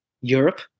Europe